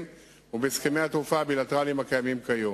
ובהסכמי התעופה הבילטרליים הקיימים כיום.